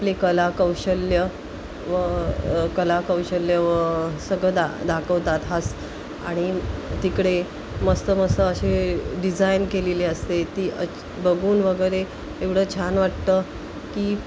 आपले कलाकौशल्य व कलाकौशल्य व सगळं दा दाखवतात हास आणि तिकडे मस्त मस्त असे डिझायन केलेली असते ती बघून वगैरे एवढं छान वाटतं की